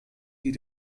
die